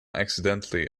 accidentally